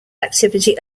activity